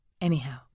Anyhow